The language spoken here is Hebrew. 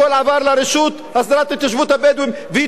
התיישבות הבדואים והיא תוקעת הכול ומעכבת הכול.